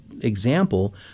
example